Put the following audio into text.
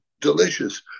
delicious